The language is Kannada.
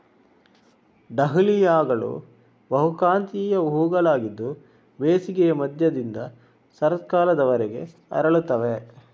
ಡಹ್ಲಿಯಾಗಳು ಬಹುಕಾಂತೀಯ ಹೂವುಗಳಾಗಿದ್ದು ಬೇಸಿಗೆಯ ಮಧ್ಯದಿಂದ ಶರತ್ಕಾಲದವರೆಗೆ ಅರಳುತ್ತವೆ